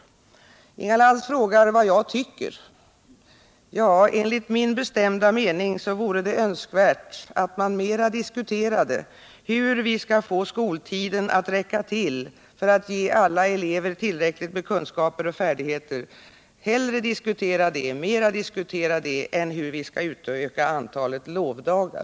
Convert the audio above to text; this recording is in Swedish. Inga Lantz frågar vad jag tycker. Ja, enligt min bestämda mening vore det önskvärt att man mera diskuterade frågan hur vi skall få skoltiden att räcka till för att ge eleverna tillräckligt med kunskaper och färdigheter än hur vi skall utöka antalet lovdagar.